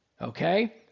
Okay